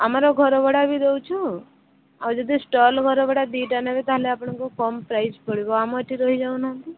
ଆମର ଘର ଭଡ଼ା ବି ଦେଉଛୁ ଆଉ ଯଦି ଷ୍ଟଲ୍ ଘର ଭଡ଼ା ଦୁଇଟା ନେବେ ତା'ହେଲେ ଆପଣଙ୍କୁ କମ୍ ପ୍ରାଇସ୍ ପଡ଼ିବ ଆମ ଏଇଠି ରହି ଯାଉ ନାହାନ୍ତି